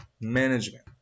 Management